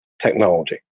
technology